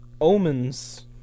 omens